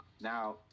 now